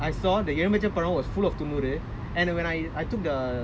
I saw the எலுமிச்சபழம்:elumichapazham was full of துணுறு:tunuru and when I I took the